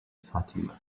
fatima